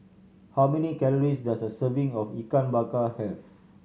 how many calories does a serving of Ikan Bakar have